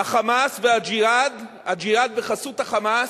ה"חמאס" ו"הג'יהאד" "הג'יהאד" בחסות ה"חמאס"